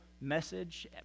message